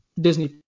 Disney